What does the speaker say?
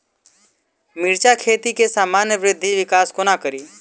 मिर्चा खेती केँ सामान्य वृद्धि विकास कोना करि?